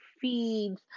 feeds